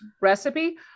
recipe